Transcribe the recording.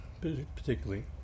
particularly